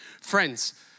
Friends